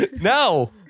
No